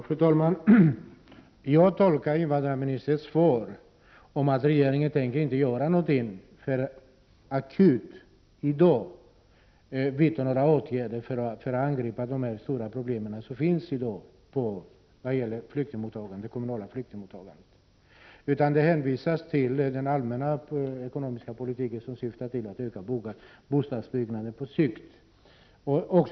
Fru talman! Jag tolkar invandrarministerns svar som att regeringen i dag inte tänker vidta några åtgärder för att angripa problemet med den akuta situationen i det kommunala flyktingmottagandet. I stället hänvisar statsrådet till den allmänna ekonomiska politiken som syftar till att öka bostadsbyggandet på sikt.